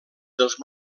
dels